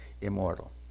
immortal